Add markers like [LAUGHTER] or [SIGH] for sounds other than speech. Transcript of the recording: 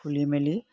[UNINTELLIGIBLE]